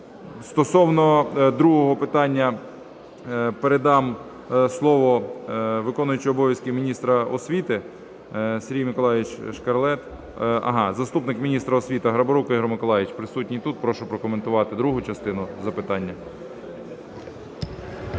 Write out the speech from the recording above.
Стосовно другого питання передам слово виконуючому обов'язків міністра освіти, Сергій Миколайович Шкарлет. Ага, заступник міністра освіти Гарбарук Ігор Миколайович присутній тут. Прошу прокоментувати другу частину запитання.